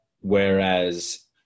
Whereas